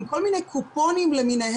עם כל מיני קופונים למיניהם.